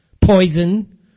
poison